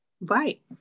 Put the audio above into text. right